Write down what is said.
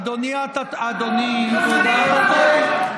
אדוני, אדוני, אתה טועה.